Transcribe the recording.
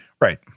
Right